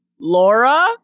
Laura